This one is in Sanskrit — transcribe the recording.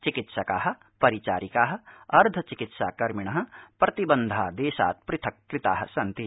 चिकित्सका परिचारिका अर्द्धचिकित्सा कर्मिण प्रतिबन्धादश्चित् पृथक् कृता सन्ति